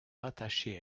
rattachées